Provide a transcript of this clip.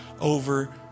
over